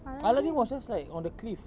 aladdin was just like on the cliff